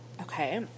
Okay